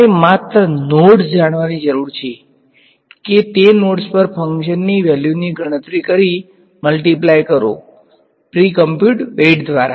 તમારે માત્ર નોડ્સ જાણવાની જરૂર છે કે તે નોડ્સ પર ફંક્શન વેલ્યુની ગણતરી કરી મલ્ટીપ્લાય કરો પ્રી કમ્પ્યુટેડ વેઇટ દ્વારા